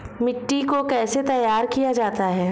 मिट्टी को कैसे तैयार किया जाता है?